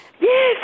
Yes